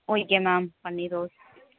okay ma'am பன்னீர் rose